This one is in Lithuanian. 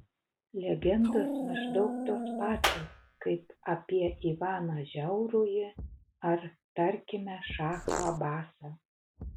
legendos maždaug tos pačios kaip apie ivaną žiaurųjį ar tarkime šachą abasą